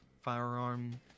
firearm